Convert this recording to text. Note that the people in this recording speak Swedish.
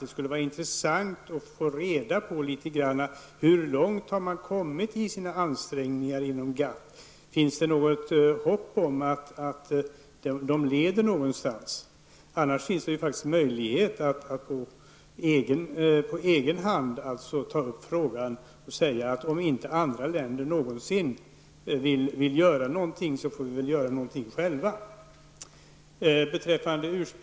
Det skulle vara intressant att få höra litet grand om hur långt man har kommit i sina ansträngningar inom GATT. Finns det något hopp om att gjorda ansträngningar leder någon vart? Det finns ju möjligheter att på egen hand ta upp frågan och hänvisa till att vi själva, om andra länder aldrig vill göra någonting, väl får se till att något händer.